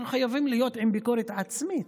אנחנו חייבים להיות עם ביקורת עצמית.